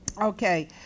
Okay